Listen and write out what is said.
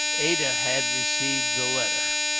ada had received the letter.